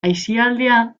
aisialdia